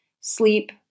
sleep